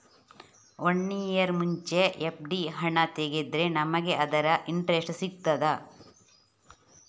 One year ಮುಂಚೆ FD ಹಣ ತೆಗೆದ್ರೆ ನಮಗೆ ಅದರ ಇಂಟ್ರೆಸ್ಟ್ ಸಿಗ್ತದ?